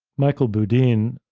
michael boudin,